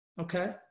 okay